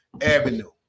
Avenue